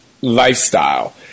lifestyle